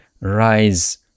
rise